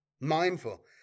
Mindful